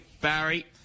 Barry